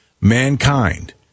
mankind